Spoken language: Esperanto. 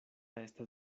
estas